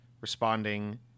responding